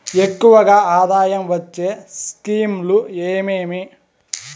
ఎక్కువగా ఆదాయం వచ్చే స్కీమ్ లు ఏమేమీ?